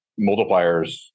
multipliers